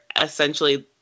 essentially